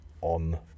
on